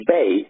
Bay